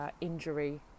injury